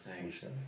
thanks